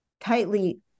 tightly